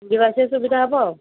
ଯିବା ଆସିବା ସୁବିଧା ହବ ଆଉ